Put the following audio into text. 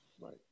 Right